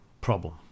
problem